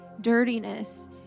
dirtiness